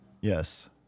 yes